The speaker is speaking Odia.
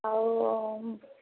ଆଉ